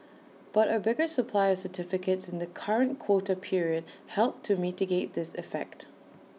but A bigger supply of certificates in the current quota period helped to mitigate this effect